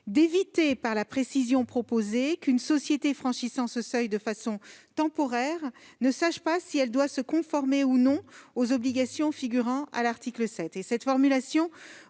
d'éviter, par cette précision, qu'une société franchissant ce seuil de façon temporaire ne sache pas si elle doit ou non se conformer aux obligations figurant à l'article 7.